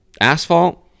asphalt